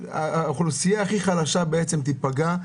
האוכלוסייה הכי חלשה בעצם תיפגע.